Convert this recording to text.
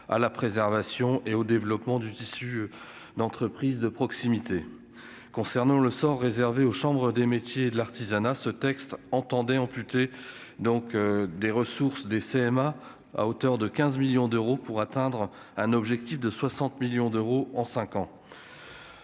à la préservation et au développement du tissu d'entreprises de proximité concernant le sort réservé aux chambres des métiers de l'artisanat, ce texte entendait amputé donc des ressources des CMA à hauteur de 15 millions d'euros pour atteindre un objectif de 60 millions d'euros en 5 ans.